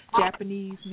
Japanese